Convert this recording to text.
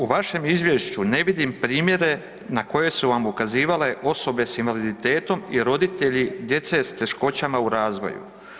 U vašem izvješću ne vidim primjere na koje su vam ukazivale osobe s invaliditetom i roditelji djece s teškoćama u razvoju.